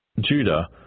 Judah